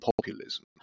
populism